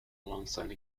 alongside